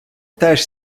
теж